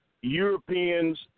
Europeans